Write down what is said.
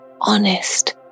honest